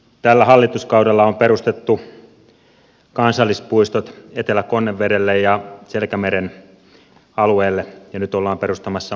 tällä hallituskaudella on perustettu kansallispuistot etelä konnevedelle ja selkämeren alueelle ja nyt ollaan perustamassa siis salon teijoon